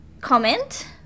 comment